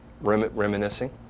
Reminiscing